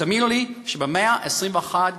ותאמינו לי שבמאה ה-21,